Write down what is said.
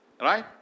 Right